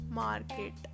market